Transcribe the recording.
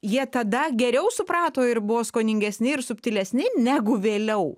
jie tada geriau suprato ir buvo skoningesni ir subtilesni negu vėliau